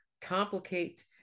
complicate